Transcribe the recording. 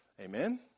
Amen